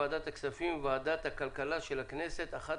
לוועדת הכספים ולוועדת הכלכלה של הכנסת אחת